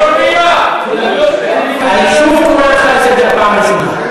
אני שוב קורא אותך לסדר פעם ראשונה.